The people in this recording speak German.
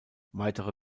weitere